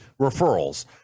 referrals